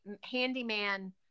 handyman